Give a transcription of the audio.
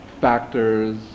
factors